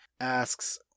asks